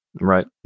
right